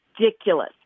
ridiculous